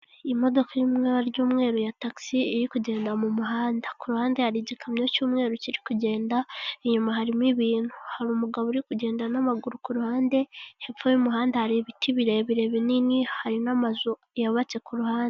Imodoka irimo ibara ry'umweru ya Tagisi, iri kugendera mu muhanda. Ku ruhande hari igikamyo cy'umweru kiri kugenda, inyuma harimo ibintu. Hari umugabo uri kugenda n'amaguru ku ruhande, hepfo y'umuhanda hari ibiti birebire binini, hari n'amazu yubatse ku ruhande.